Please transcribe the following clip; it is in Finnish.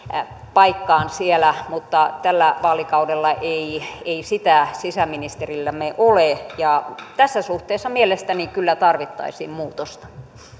paikkaan siellä mutta tällä vaalikaudella ei ei sitä sisäministerillämme ole tässä suhteessa mielestäni kyllä tarvittaisiin muutosta